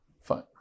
Fine